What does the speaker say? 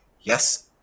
Yes